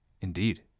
Indeed